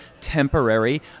temporary